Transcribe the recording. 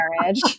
marriage